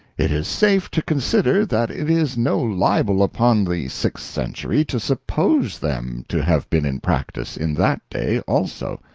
it is safe to consider that it is no libel upon the sixth century to suppose them to have been in practice in that day also.